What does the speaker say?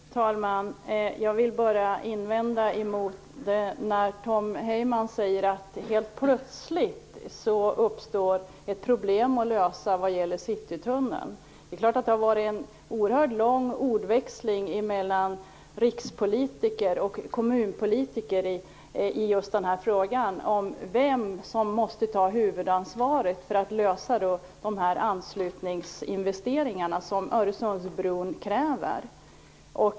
Herr talman! Jag vill bara invända mot en sak. Tom Heyman säger att det helt plötsligt uppstått ett problem att lösa vad gäller Citytunneln. Det har varit en oerhört lång ordväxling mellan rikspolitiker och kommunpolitiker just i fråga om vem som måste ha huvudansvaret för att lösa problemet med de anslutningsinvesteringar som Öresundsbron kräver.